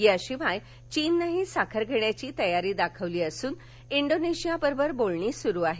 याशिवाय चीननंही साखर घेण्याची तयारी दर्शवली असून इंडोनेशिया बरोबर बोलणी सुरु आहेत